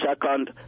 second